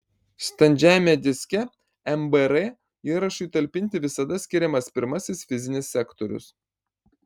standžiajame diske mbr įrašui talpinti visada skiriamas pirmasis fizinis sektorius